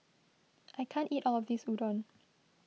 I can't eat all of this Udon